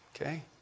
Okay